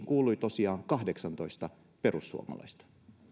kuului tosiaan kahdeksantoista perussuomalaista